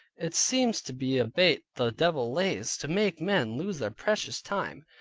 it seems to be a bait the devil lays to make men lose their precious time.